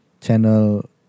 Channel